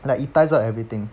like it ties up everything